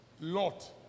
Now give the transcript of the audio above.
Lot